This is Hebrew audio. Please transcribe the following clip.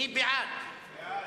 מי בעד?